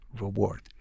reward